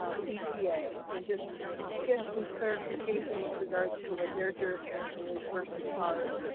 ah the epa and just get some clarification with regards to what their jurisdiction is versus ours.